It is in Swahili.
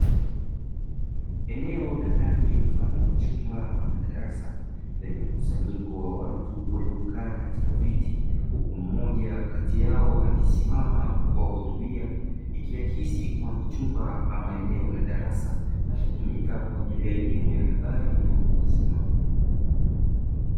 Eneo la ndani mfano wa chumba ama darasa, lenye mkusanyiko wa watu waliokaa katika viti. Huku mmoja kati yao akisimama kuwahutubia. Ikiakisi kuwa ni chumba ama darasa linalotumika kwa ajili ya elimu habari na watu wazima.